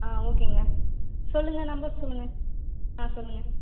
ஆ ஓகேங்க சொல்லுங்கள் நம்பர் சொல்லுங்கள் ஆ சொல்லுங்கள்